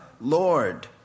Lord